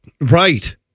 Right